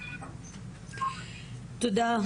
תודה.